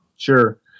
sure